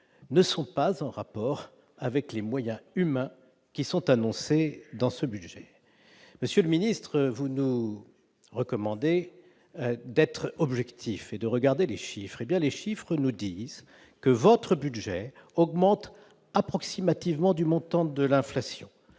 ne sont pas en rapport avec les moyens humains qui sont annoncées dans ce budget, monsieur le ministre, vous nous recommandez d'être objectif et de regarder les chiffres, hé bien les chiffres nous disent que votre budget augmente approximativement du montant de l'inflation,